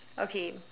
okay